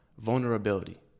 Vulnerability